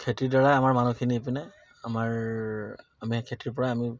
খেতিৰ দ্বাৰাই আমাৰ মানুহখিনি এইপিনে আমাৰ আমি খেতিৰ পৰাই আমি